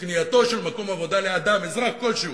שקנייתו של מקום עבודה לאדם, אזרח כלשהו,